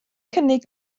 cynnig